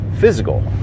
physical